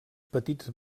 petits